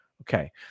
Okay